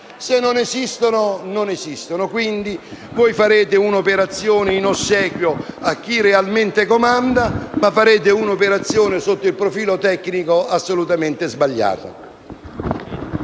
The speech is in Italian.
Se non esistono, non esistono. Quindi voi farete un'operazione in ossequio a chi realmente comanda, ma farete un'operazione sotto il profilo tecnico assolutamente sbagliata.